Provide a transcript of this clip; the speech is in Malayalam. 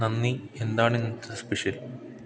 നന്ദി എന്താണിന്നത്തെ സ്പെഷ്യൽ